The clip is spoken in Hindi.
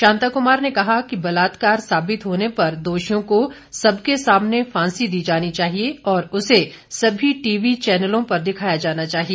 शांताकुमार ने कहा कि बलात्कार साबित होने पर दोषियों को सबके सामने फांसी दी जानी चाहिए और उसे सभी टीवी चैनलों पर दिखाया जाना चाहिए